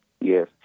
Yes